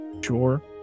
sure